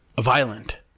violent